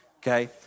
Okay